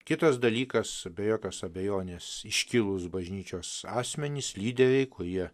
kitas dalykas be jokios abejonės iškilūs bažnyčios asmenys lyderiai kurie